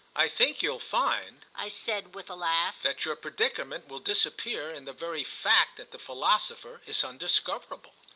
i think you'll find, i said with a laugh, that your predicament will disappear in the very fact that the philosopher is undiscoverable.